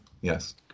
Yes